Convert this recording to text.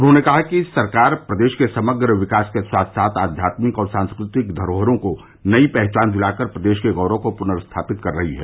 उन्होंने कहा कि सरकार प्रदेश के समग्र विकास के साथ साथ आध्यात्मिक और सांस्कृतिक धरोहरों को नई पहचान दिला कर प्रदेश के गौरव को पुर्नस्थापित कर रही है